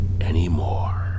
anymore